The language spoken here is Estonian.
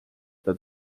seda